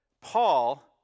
Paul